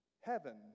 heaven